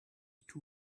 two